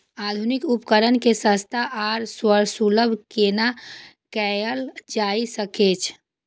आधुनिक उपकण के सस्ता आर सर्वसुलभ केना कैयल जाए सकेछ?